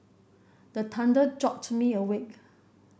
the thunder jolt me awake